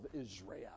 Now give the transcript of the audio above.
israel